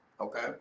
Okay